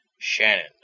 Shannon